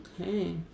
Okay